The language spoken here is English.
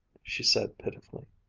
she said pitifully.